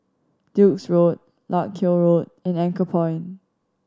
Duke's Road Larkhill Road and Anchorpoint